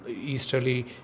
easterly